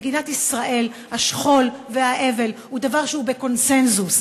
במדינת ישראל השכול והאבל הם דבר שהוא בקונסנזוס.